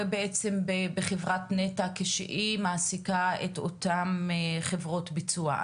בעצם בחברת נת"ע כשהיא מעסיקה את אותן חברות ביצוע.